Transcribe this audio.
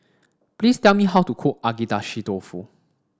please tell me how to cook Agedashi Dofu